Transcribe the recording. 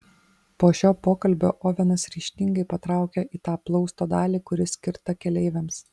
po šio pokalbio ovenas ryžtingai patraukė į tą plausto dalį kuri skirta keleiviams